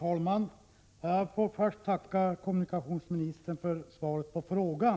Herr talman! Först tackar jag kommunikationsministern för svaret på min fråga.